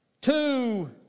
Two